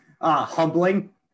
Humbling